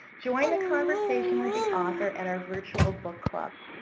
join the conversation with the author at our virtual book club.